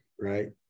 Right